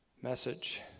message